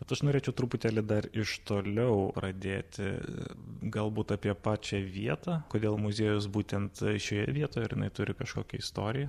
bet aš norėčiau truputėlį dar iš toliau pradėti galbūt apie pačią vietą kodėl muziejus būtent šioje vietoje ar jinai turi kažkokią istoriją